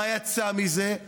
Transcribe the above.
מה יצא מזה?